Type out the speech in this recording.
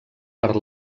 per